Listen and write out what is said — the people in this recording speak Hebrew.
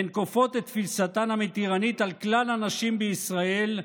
הן כופות את תפיסתן המתירנית על כלל הנשים בישראל,